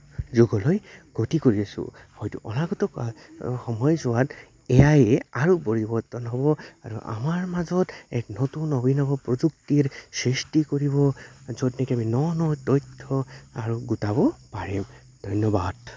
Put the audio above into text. যুগলৈ গতি কৰিছো হয়তো অনাগত সময়ছোৱাত এ আই য়ে আৰু পৰিৱৰ্তন হ'ব আৰু আমাৰ মাজত এক নতুন অভিনৱ প্ৰযুক্তিৰ সৃষ্টি কৰিব য'ত নেকি আমি ন ন তথ্য আৰু গোটাব পাৰিম ধন্যবাদ